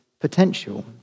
potential